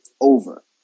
over